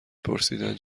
پرسیدند